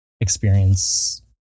experience